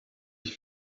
ich